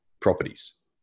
properties